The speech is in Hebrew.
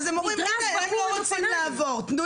אז הם אומרים "..לא רוצים לעבור.." תנו